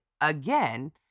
again